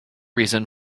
reason